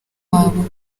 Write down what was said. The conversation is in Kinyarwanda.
wabo